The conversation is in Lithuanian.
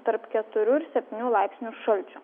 tarp keturių ir septynių laipsnių šalčio